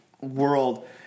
world